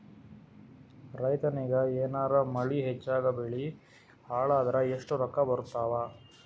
ರೈತನಿಗ ಏನಾರ ಮಳಿ ಹೆಚ್ಚಾಗಿಬೆಳಿ ಹಾಳಾದರ ಎಷ್ಟುರೊಕ್ಕಾ ಬರತ್ತಾವ?